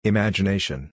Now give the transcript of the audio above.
Imagination